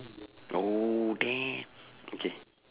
oh damn okay